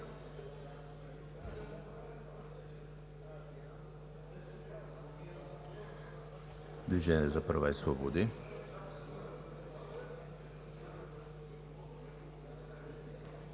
„Движението за права и свободи“